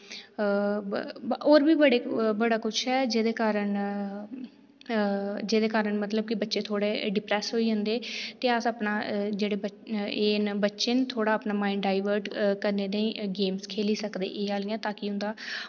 होर बी बड़े बड़ा कुछ ऐ जेह्दे कारण जेह्दे कारण मतलब कि बच्चे थोह्ड़े डिप्रैस होई जन्दे ते अस अपना जेह्ड़े एह् न बच्चे न थोह्ड़ा अपना माइंड डाइवर्ट करने दी लेई गेम्ज खेली सकदे एह् आह्लियां ताकि उं'दा